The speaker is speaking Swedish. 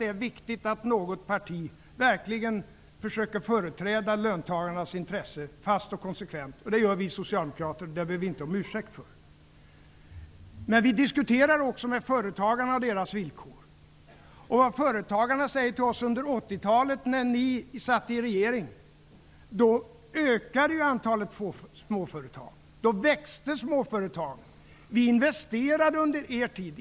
Det är viktigt att något parti fast och konsekvent försöker företräda löntagarnas intresse. Det gör vi socialdemokrater. Det ber vi inte om ursäkt för. Vi diskuterar också med företagarna om deras villkor. Företagarna säger till oss att antalet småföretag ökade under 80-talet, när vi satt i regeringen. Då växte småföretagen. De investerade under vår tid.